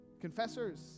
Confessors